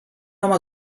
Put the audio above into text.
home